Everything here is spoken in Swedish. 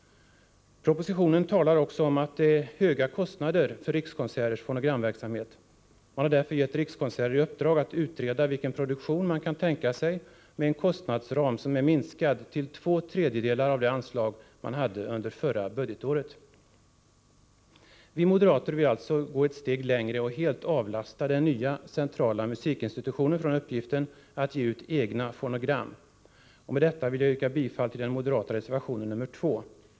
Propositionen talar också om att det är höga kostnader för Rikskonserters fonogramverksamhet. Man har därför gett Rikskonserter i uppdrag att utreda vilken produktion som kan tänkas med en kostnadsram som är minskad till två tredjedelar av det anslag man hade under förra budgetåret. Vi moderater vill alltså gå ett steg längre och helt avlasta den nya, centrala musikinstitutionen från uppgiften att ge ut egna fonogram. Med detta vill jag yrka bifall till den moderata reservationen nr 2.